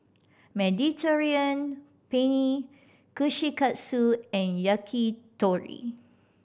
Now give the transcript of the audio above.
Mediterranean Penne Kushikatsu and Yakitori